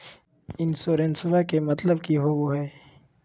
इंसोरेंसेबा के मतलब की होवे है?